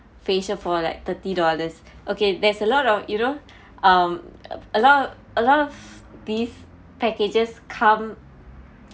facial for like thirty dollars okay there's a lot of you know um a lot of a lot of these packages come